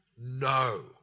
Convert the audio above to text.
no